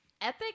Epic